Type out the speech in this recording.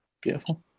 Beautiful